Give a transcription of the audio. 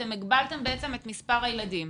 אתם הגבלתם את מספר הילדים.